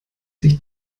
sich